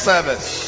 service